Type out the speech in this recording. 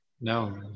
No